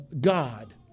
God